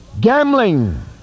Gambling